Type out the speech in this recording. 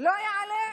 לא יעלה.